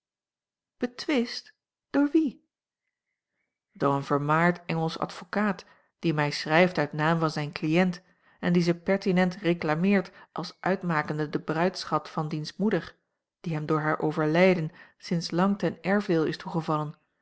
betwist door wien door een vermaard engelsch advocaat die mij schrijft uit naam van zijn cliënt en die ze pertinent reclameert als uitmakende den bruidsschat van diens moeder die hem door haar overlijden sinds lang ten erfdeel is toegevallen